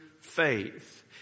faith